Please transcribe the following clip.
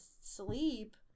sleep